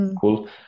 cool